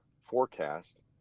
forecast